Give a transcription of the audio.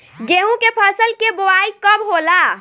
गेहूं के फसल के बोआई कब होला?